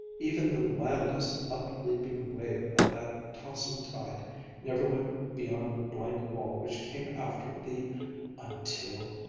even the wildest up-leaping wave of that tossing tide never went beyond the blank wall which came after the until.